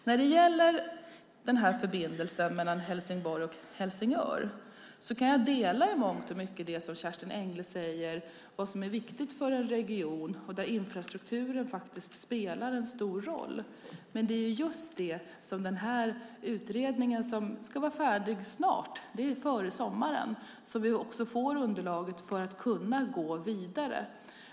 När det gäller förbindelsen mellan Helsingborg och Helsingör kan jag i mångt och mycket dela Kerstin Engles syn på vad som är viktigt för en region. Där spelar infrastrukturen stor roll. Det är just det som den utredning som ska vara färdig före sommaren ska ta fram underlag till så att vi ska kunna gå vidare.